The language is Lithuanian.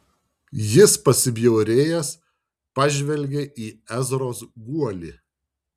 jis pasibjaurėjęs pažvelgė į ezros guolį